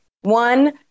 One